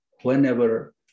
whenever